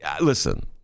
listen